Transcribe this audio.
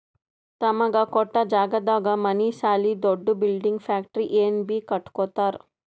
ತಮಗ ಕೊಟ್ಟ್ ಜಾಗದಾಗ್ ಮನಿ ಸಾಲಿ ದೊಡ್ದು ಬಿಲ್ಡಿಂಗ್ ಫ್ಯಾಕ್ಟರಿ ಏನ್ ಬೀ ಕಟ್ಟಕೊತ್ತರ್